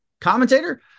commentator